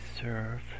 serve